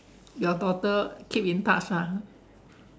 your daughter keep in touch ah